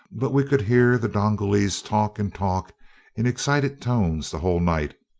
but we could hear the dongolese talk and talk in excited tones the whole night,